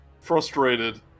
Frustrated